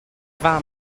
fam